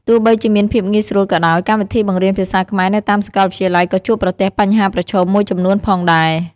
ទោះបីជាមានភាពងាយស្រួលក៏ដោយ កម្មវិធីបង្រៀនភាសាខ្មែរនៅតាមសាកលវិទ្យាល័យក៏ជួបប្រទះបញ្ហាប្រឈមមួយចំនួនផងដែរ។